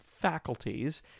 faculties